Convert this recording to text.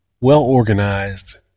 well-organized